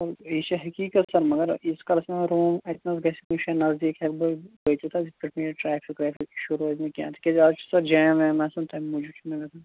سر یہِ چھِ حقیٖقت سَر مَگَر ییٖتِس کالَس نہٕ روٗم اَتنَس گَژھِ کُنہِ جایہِ نٔزدیٖک ہیٚکہٕ بہٕ وٲتِتھ حظ یِتھٕ پٲٹھۍ ٹرٛیفِک ویفِک اِشوٗ روزِ نہٕ کیٚنٛہہ تِکیٛازِ اَز چھِ سر جیم ویم آسن تمہِ موٗجوٗب چھُ مےٚ